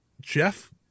Jeff